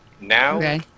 Now